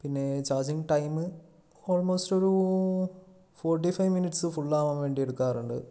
പിന്നെ charging time almost ഒരു forty five minutes full ആവാൻ വേണ്ടി എടുക്കാറുണ്ട്